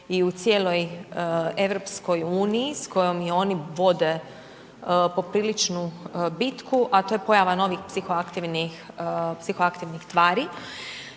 i u cijeloj EU s kojom i oni vode popriličnu bitku, a to je pojava novih psihoaktivnih tvari